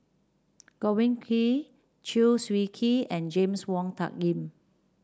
Godwin Koay Chew Swee Kee and James Wong Tuck Yim